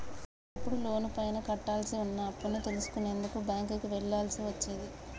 ఒకప్పుడు లోనుపైన కట్టాల్సి వున్న అప్పుని తెలుసుకునేందుకు బ్యేంకుకి వెళ్ళాల్సి వచ్చేది